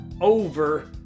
over